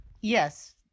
Yes